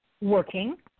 working